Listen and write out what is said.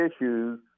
issues